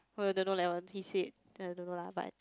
oh don't know leh Wan-Qi said I don't know lah but